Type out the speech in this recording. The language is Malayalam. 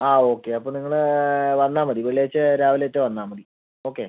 ആ ഓക്കെ അപ്പം നിങ്ങള് വന്നാൽ മതി വെള്ളിയാഴ്ച രാവിലെ ആയിട്ട് വന്നാൽ മതി ഓക്കെ